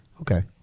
Okay